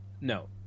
No